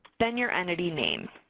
then your entity name.